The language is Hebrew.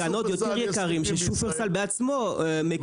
זה שאנחנו רואים מלא חנויות קטנות יותר יותר יקרות ששופרסל בעצמו מקים.